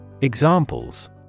Examples